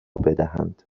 بدهند